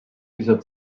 dieser